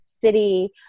city